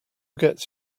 gets